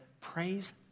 praise